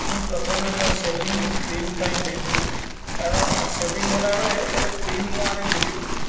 ମୁଁ ପ୍ରଥମେ ମୋ ସେଭିଙ୍ଗ କ୍ରିମ ପାଇଁ ଦେଇଥିଲି କାରଣ ସେଭିଙ୍ଗ ହେଲାବେଳେ ଗୋଟେ କ୍ରିମ ମୁଁ ଆଣିଥିଲି